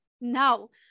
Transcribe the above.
no